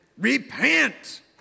repent